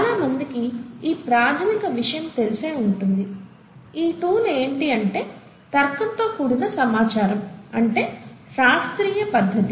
చాలా మందికి ఈ ప్రాథమిక విషయం తెలిసే ఉంటుంది ఈ టూల్ ఏంటి అంటే తర్కంతో కూడిన సమాచారం అంటే శాస్త్రీయ పధ్ధతి